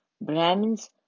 Brahmins